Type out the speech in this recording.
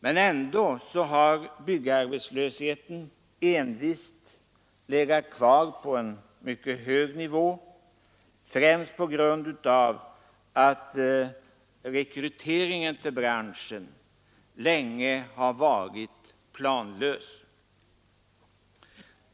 Men ändå har byggarbetslösheten envist legat kvar på en mycket hög nivå, främst på grund av att rekryteringen till branschen länge har varit planlös.